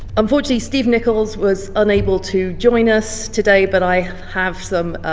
unfortunately stephen nichols was unable to join us today but i have some